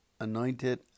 anointed